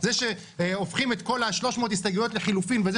זה שהופכים את כל ה-300 הסתייגויות לחילופין וזה